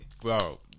Bro